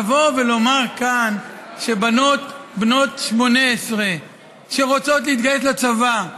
לומר כאן בנות 18 שרוצות להתגייס לצבא,